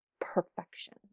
perfection